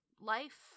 life